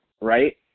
Right